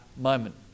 moment